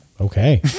Okay